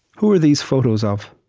who are these photos of?